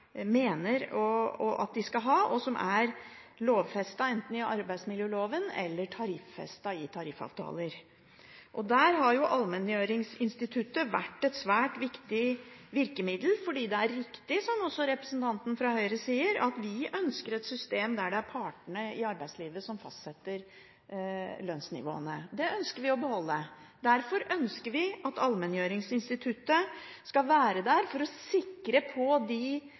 ha, og som er lovfestet i arbeidsmiljøloven eller tariffestet i tariffavtaler. Og der har allmenngjøringsinstituttet vært et svært viktig virkemiddel, fordi det er riktig – som også representanten fra Høyre sier – at vi ønsker et system der det er partene i arbeidslivet som fastsetter lønnsnivåene. Det ønsker vi å beholde. Derfor ønsker vi at allmenngjøringsinstituttet skal være der for å sikre de